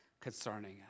concerning